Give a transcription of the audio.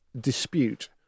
dispute